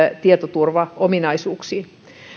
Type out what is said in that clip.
tietoturvaominaisuuksista